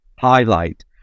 highlight